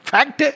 Fact